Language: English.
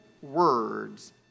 words